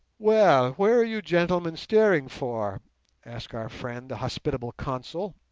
well, where are you gentlemen steering for asked our friend the hospitable consul,